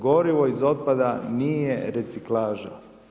Gorivo iz otpada nije reciklaža.